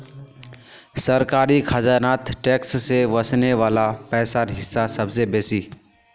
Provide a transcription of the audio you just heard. सरकारी खजानात टैक्स से वस्ने वला पैसार हिस्सा सबसे बेसि